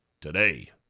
today